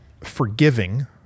forgiving